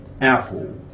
Apple